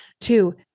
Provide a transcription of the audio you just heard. two